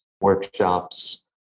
workshops